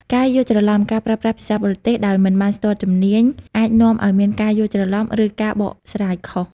ការយល់ច្រឡំ ការប្រើប្រាស់ភាសាបរទេសដោយមិនបានស្ទាត់ជំនាញអាចនាំឲ្យមានការយល់ច្រឡំ ឬការបកស្រាយខុស។